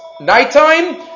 Nighttime